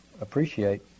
appreciate